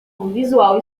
visual